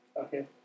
Okay